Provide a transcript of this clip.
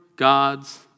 God's